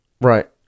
Right